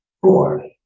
four